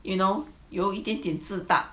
you know 有一点点自大